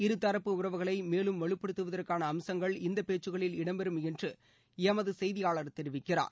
இருதரப்பு உறவுகளை மேலும் வலுப்படுத்துவதற்கான அம்சங்கள் இந்தப் பேச்கக்களில் இடம் பெறும் என்று எமது செய்தியாளர் தெரிவிக்கிறார்